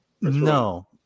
No